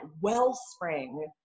wellspring